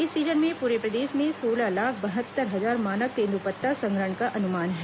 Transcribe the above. इस सीजन में पूरे प्रदेश में सोलह लाख बहत्तर हजार मानक तेंदूपत्ता संग्रहण का अनुमान है